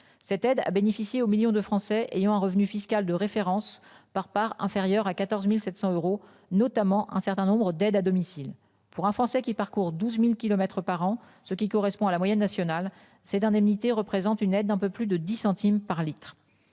Cette aide a bénéficié aux millions de Français ayant un revenu fiscal de référence par part inférieur à 14.700 euros notamment un certain nombre d'aide à domicile pour un Français qui parcourt 12.000 kilomètres par an, ce qui correspond à la moyenne nationale. Ces indemnités représentent une aide un peu plus de 10 centimes par litre.